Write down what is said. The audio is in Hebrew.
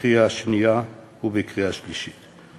בקריאה השנייה ובקריאה השלישית.